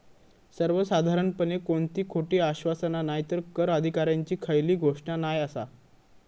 सर्वसाधारणपणे कोणती खोटी आश्वासना नायतर कर अधिकाऱ्यांची खयली घोषणा नाय आसा